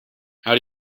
how